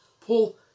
Paul